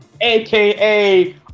AKA